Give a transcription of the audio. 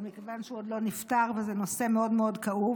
אבל מכיוון שהוא עוד לא נפתר וזה נושא מאוד כאוב,